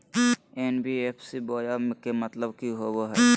NBFC बोया के मतलब कि होवे हय?